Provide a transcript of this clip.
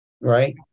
Right